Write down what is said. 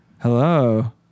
Hello